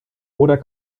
oder